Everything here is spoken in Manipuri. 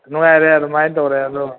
ꯅꯨꯡꯉꯥꯏꯔꯦ ꯑꯗꯨꯃꯥꯏ ꯇꯧꯔꯦ ꯑꯗꯣ